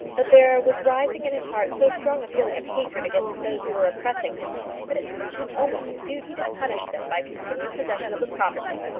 but there was rising in his heart so strong a feeling of hatred against those who were oppressing him that it seemed to him almost a duty to punish them by continued possession of the property.